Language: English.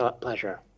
pleasure